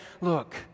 look